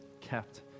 kept